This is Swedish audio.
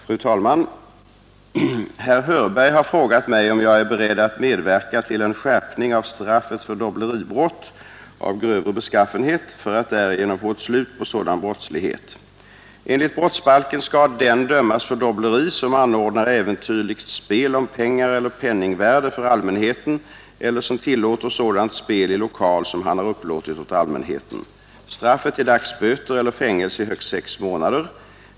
Fru talman! Herr Hörberg har frågat mig om jag är beredd att medverka till en skärpning av straffet för dobbleribrott av grövre beskaffenhet för att därigenom få slut på sådan brottslighet. Enligt brottsbalken skall den dömas för dobbleri som anordnar äventyrligt spel om pengar eller penningvärde för allmänheten eller som tillåter sådant spel i lokal som han har upplåtit åt allmänheten. Straffet är dagsböter eller fängelse i högst sex månader.